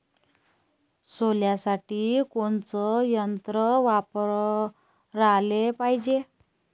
सोल्यासाठी कोनचं यंत्र वापराले पायजे?